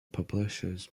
publishers